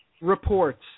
reports